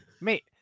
Mate